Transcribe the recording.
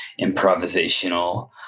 improvisational